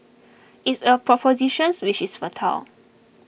it's a propositions which is fertile